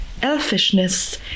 elfishness